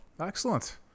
Excellent